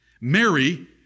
Mary